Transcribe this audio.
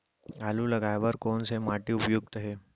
आलू लगाय बर कोन से माटी उपयुक्त हे?